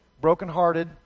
Broken-hearted